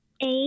Eight